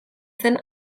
zen